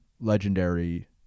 legendary